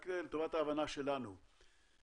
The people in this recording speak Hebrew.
רק לטובת ההבנה שלנו,